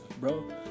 bro